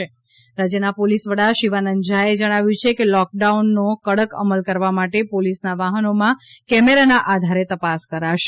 શિવાનંદ ઝા રાજ્યના પોલીસ વડા શિવાનંદ ઝા એ જણાવ્યું છે કે લોકડાઉનઓ કડક અમલ કરવા માટે પોલીસનાં વાહનોમાં કેમેરાના આધારે તપાસ કરાશે